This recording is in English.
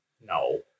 No